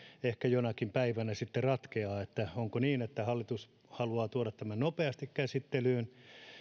ehkä jonakin päivänä sitten ratkeaa onko se että hallitus haluaa tuoda tämän nopeasti käsittelyyn